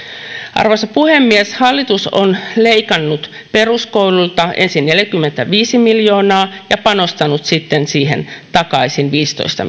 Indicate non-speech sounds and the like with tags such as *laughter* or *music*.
arvoisa puhemies hallitus on ensin leikannut peruskoululta neljäkymmentäviisi miljoonaa ja sitten panostanut siihen takaisin viisitoista *unintelligible*